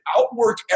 Outwork